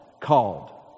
called